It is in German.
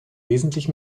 wesentlich